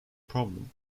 problem